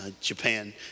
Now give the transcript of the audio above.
Japan